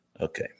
Okay